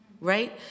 right